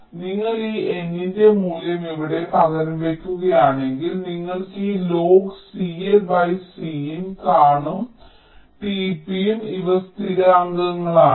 അതിനാൽ നിങ്ങൾ ഈ N ന്റെ മൂല്യം ഇവിടെ പകരം വയ്ക്കുകയാണെങ്കിൽ നിങ്ങൾ ഈ logCL C in കാണും tpയും ഇവ സ്ഥിരാങ്കങ്ങളാണ്